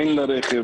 אין לה רכב,